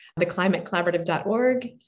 theclimatecollaborative.org